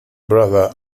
brother